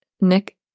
Nick